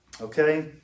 Okay